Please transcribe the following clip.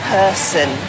person